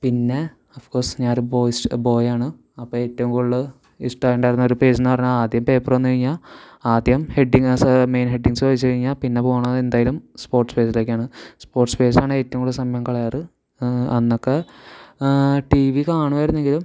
പിന്നെ of course ഞാനൊരു boys boy ആണ് അപ്പം ഏറ്റവും കൂടുതൽ ഇഷ്ടം ഉണ്ടായിരുന്നൊരു പേജെന്നു പറഞ്ഞാൽ ആദ്യ പേപ്പർ വന്നുകഴിഞ്ഞാൽ ആദ്യം ഹെഡിങ്സ് മെയിൻ ഹെഡിങ്സ് വായിച്ചു കഴിഞ്ഞാൽ പിന്നെ പോണത് എന്തായാലും സ്പോർട്സ് പേജിലേക്കാണ് സ്പോർട്സ് പേജാണ് ഏറ്റവും കൂടുതൽ സമയം കളയാറ് അന്നൊക്കെ ടി വി കാണുമായിരുന്നെങ്കിലും